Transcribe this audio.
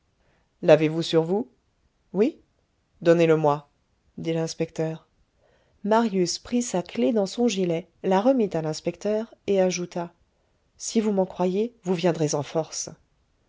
l'avez-vous sur vous oui donnez-le-moi dit l'inspecteur marius prit sa clef dans son gilet la remit à l'inspecteur et ajouta si vous m'en croyez vous viendrez en force